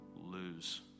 lose